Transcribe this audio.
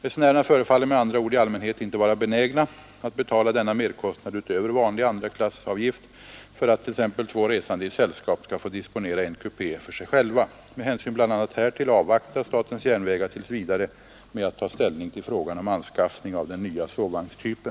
Resenärerna förefaller med andra ord i allmänhet inte vara benägna att betala denna merkostnad utöver vanlig andraklassavgift för att t.ex. två resande i sällskap skall få disponera en kupé för sig själva. Med hänsyn bl.a. härtill avvaktar SJ tills vidare med att ta ställning till frågan om anskaffning av den nya sovvagnstypen.